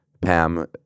Pam